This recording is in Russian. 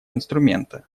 инструмента